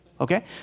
okay